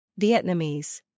Vietnamese